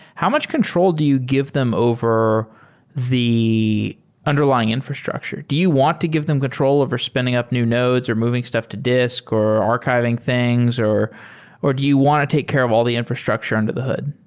how much control do you give them over the underlying infrastructure? do you want to give them control over spinning up new nodes, or moving stuff to disk, or archiving things, or or do you want to take care of all the infrastructure under the hood?